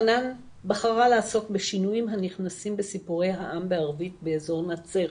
חנאן בחרה לעסוק בשינויים הנכנסים בסיפורי העם בערבית באזור נצרת